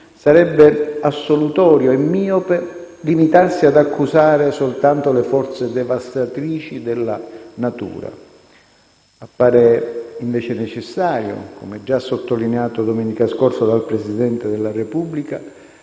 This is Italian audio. sarebbe assolutorio e miope limitarsi ad accusare soltanto le forze devastatrici della natura. Appare, invece, necessario, come già sottolineato domenica scorsa dal Presidente della Repubblica,